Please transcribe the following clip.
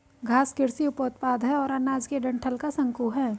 घास कृषि उपोत्पाद है और अनाज के डंठल का शंकु है